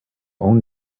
own